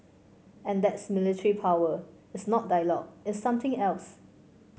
and that's military power it's not dialogue it's something else